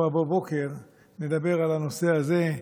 04:00 נדבר על הנושא הזה,